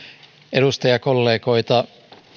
edustajakollegoita